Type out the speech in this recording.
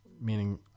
meaning